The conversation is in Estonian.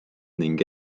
ning